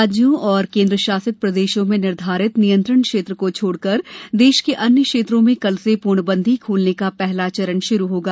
राज्यों और केन्द्रशासित प्रदेशों में निर्धारित नियंत्रण क्षेत्र को छोड़कर देश के अन्य क्षेत्रों में कल से प्र्णबंदी खोलने का पहला चरण शुरु होगा